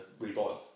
reboil